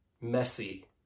messy